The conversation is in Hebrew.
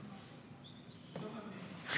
בקריית-ארבע.